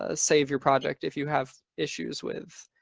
ah save your project if you have issues with